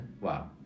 Wow